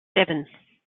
seven